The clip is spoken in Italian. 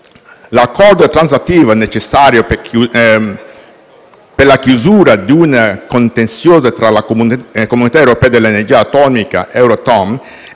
L'Accordo transattivo è necessario per la chiusura di un contenzioso tra la Comunità europea dell'energia atomica (Euratom)